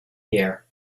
year